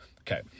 Okay